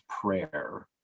prayer